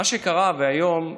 היום,